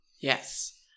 Yes